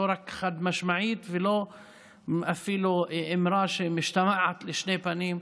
לא חד-משמעית ואפילו לא אמירה שמשתמעת לשתי פנים,